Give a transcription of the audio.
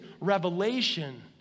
revelation